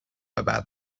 about